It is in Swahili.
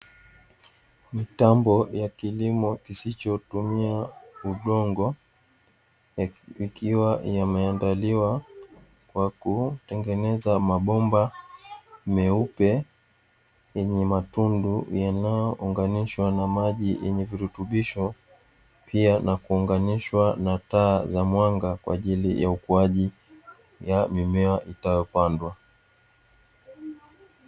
Mitambo ya kilimo kisichotumia udongo ikiwa imeandaliwa kwa kutengeneza mabomba meupe yenye matundu yanayounganishwa na maji yenye virutubisho pia na kuunganishwa na taa za mwanga kwa ajili ya ukuaji wa mimea itakayopandwa.